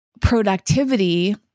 productivity